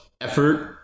effort